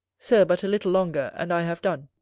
sir, but a little longer, and i have done.